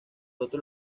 otro